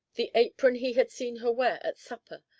the apron he had seen her wear at supper,